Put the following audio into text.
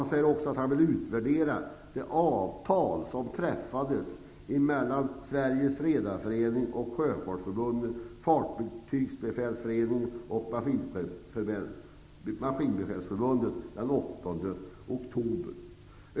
Han säger också att han vill utvärdera det avtal som träffades emellan Fartygsbefälsförening och Maskinbefälsförbundet den 8 oktober.